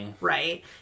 Right